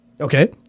Okay